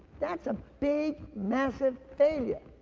that's a big, massive failure.